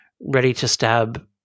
ready-to-stab